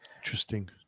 Interesting